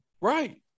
right